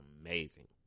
amazing